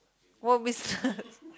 what business